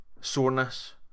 soreness